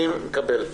אני מקבל.